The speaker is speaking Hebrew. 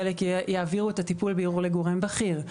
חלק יעבירו את הטיפול בערעור לגורם בכיר.